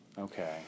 okay